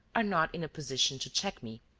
are not in a position to check me.